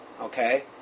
okay